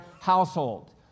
household